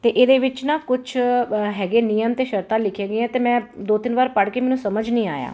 ਅਤੇ ਇਹਦੇ ਵਿੱਚ ਨਾ ਕੁਝ ਹੈਗੇ ਨਿਯਮ ਅਤੇ ਸ਼ਰਤਾਂ ਲਿਖੀਆਂ ਗਈਆਂ ਅਤੇ ਮੈਂ ਦੋ ਤਿੰਨ ਵਾਰ ਪੜ੍ਹ ਕੇ ਮੈਨੂੰ ਸਮਝ ਨਹੀਂ ਆਇਆ